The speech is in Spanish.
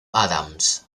adams